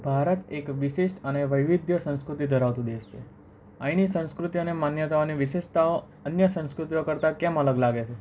ભારત એક વિશિષ્ટ અને વૈવિધ્ય સંસ્કૃતિ ધરાવતો દેશ છે અહીંની સંસ્કૃતિ અને માન્યતાઓની વિશેષતાઓ અન્ય સંસ્કૃતિઓ કરતા અલગ લાગે છે